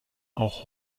auch